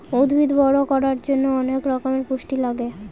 উদ্ভিদ বড়ো করার জন্য অনেক রকমের পুষ্টি লাগে